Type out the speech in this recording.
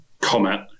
comment